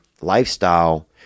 lifestyle